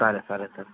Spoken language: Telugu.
సరే సరే సార్